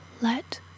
Let